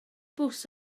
bws